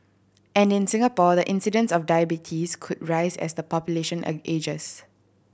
and in Singapore the incidence of diabetes could rise as the population an ages